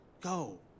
Go